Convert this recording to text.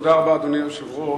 תודה רבה, אדוני היושב-ראש.